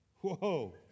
Whoa